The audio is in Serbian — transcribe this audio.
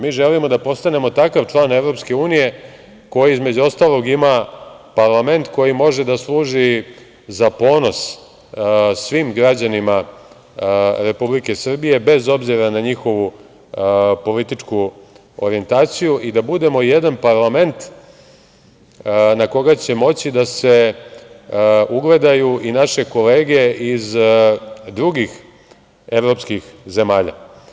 Mi želimo da postanemo takav član EU koji između ostalog ima parlament koji može da služi za ponos svim građanima Republike Srbije, bez obzira na njihovu političku orijentaciju i da budemo jedan parlament na koga će moći da se ugledaju i naše kolege iz drugih evropskih zemalja.